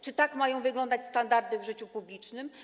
Czy tak mają wyglądać standardy w życiu publicznym?